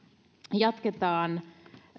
jatketaan